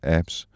apps